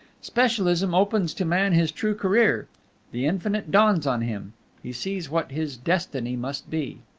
specialism opens to man his true career the infinite dawns on him he sees what his destiny must be.